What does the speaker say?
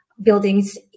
buildings